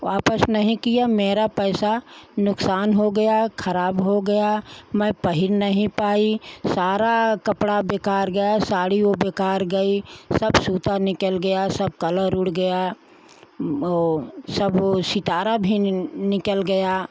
वापस नहीं किया मेरा पैसा नुकसान हो गया खराब हो गया मैं पहन नहीं पाई सारा कपड़ा बेकार गया साड़ी ओ बेकार गई सब सूता निकल गया सब कलर उड़ गया ओ सब लोग सितारा भी निकल गया